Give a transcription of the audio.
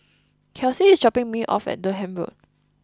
Kelsie is dropping me off at Durham Road